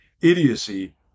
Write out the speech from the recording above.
idiocy